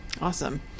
Awesome